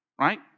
right